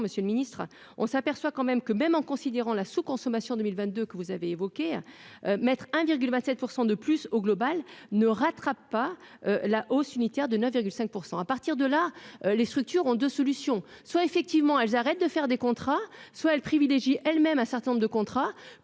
Monsieur le Ministre, on s'aperçoit quand même que même en considérant la sous-consommation 2022 que vous avez évoqué un mettre 1,27 % de plus au global ne rattrape pas la hausse unitaire de 9,5 % à partir de là, les structures ont 2 solutions : soit, effectivement, elles arrêtent de faire des contrats, soit elle privilégie elles-mêmes un certain nombre de contrats